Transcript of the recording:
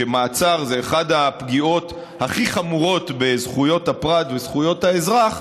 שמעצר זו אחת הפגיעות הכי חמורות בזכויות הפרט וזכויות האזרח,